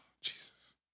Jesus